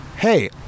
hey